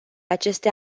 aceste